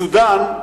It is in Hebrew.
מסודן,